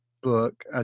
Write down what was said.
book